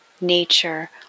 nature